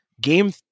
game